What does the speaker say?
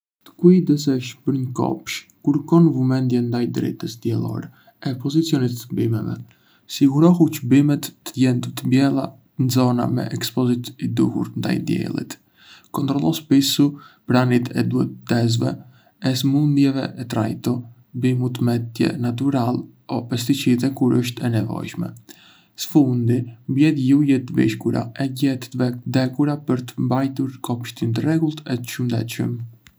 Të kujdesesh për një kopsh kërkon vëmendje ndaj dritës diellore e pozicionit të bimëve. Sigurohu që bimët të jendë të mbjella ndë zona me ekspozitë të duhur ndaj diellit. Kontrollo shpissu pranindë e dëmtuesve e sëmundjeve e trajto bimët me mjete natyrale o pesticide kur është e nevojshme. Së fundi, mbledh lule të vyshkura e gjethe të vdekura për të mbajtur kopshtin të rregullt e të shëndetshëm.